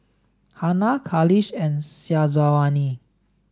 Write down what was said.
Hana Khalish and Syazwani